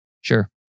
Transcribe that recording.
Sure